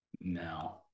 no